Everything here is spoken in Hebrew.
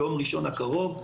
ביום ראשון הקרוב,